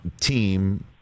team